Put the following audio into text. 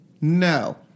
No